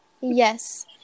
yes